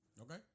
okay